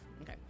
Okay